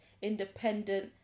independent